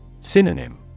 Synonym